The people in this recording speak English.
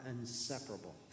inseparable